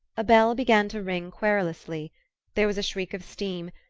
a bell began to ring querulously there was a shriek of steam,